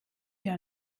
wir